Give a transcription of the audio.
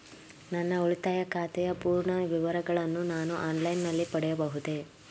ನನ್ನ ಉಳಿತಾಯ ಖಾತೆಯ ಪೂರ್ಣ ವಿವರಗಳನ್ನು ನಾನು ಆನ್ಲೈನ್ ನಲ್ಲಿ ಪಡೆಯಬಹುದೇ?